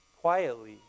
quietly